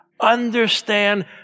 understand